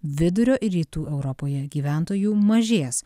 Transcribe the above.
vidurio ir rytų europoje gyventojų mažės